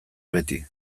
beti